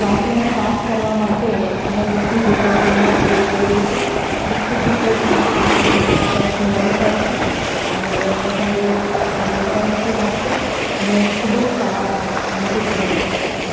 વાસણો સાફ કરવા માટે અમે લિક્વિડ ડિટરજન્ટનો ઉપયોગ કરીએ છે લિક્વિડ ડીટર્જન્ટથી વાસણો ફટાફટ ધોવાઈ જાય છે અને વધારે સમય પણ નથી લાગતો અને ખૂબ જ સારા એમાંથી સુગંધ પણ આવે છે